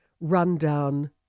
run-down